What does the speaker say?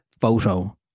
photo